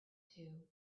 too